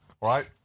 right